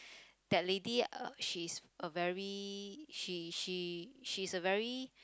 that lady uh she's a very she she she's a very